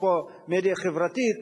אפרופו מדיה חברתית,